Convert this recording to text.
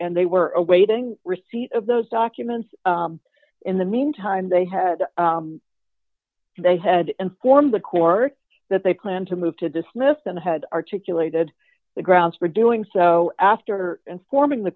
and they were awaiting receipt of those documents in the meantime they had they had informed the court that they plan to move to dismiss and had articulated the grounds for doing so after informing the